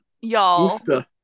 Y'all